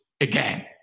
again